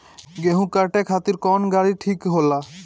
गेहूं काटे खातिर कौन गाड़ी ठीक होला?